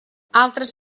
altres